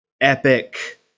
epic